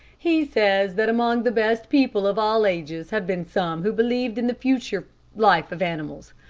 he says that among the best people of all ages have been some who believed in the future life of animals.